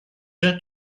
êtes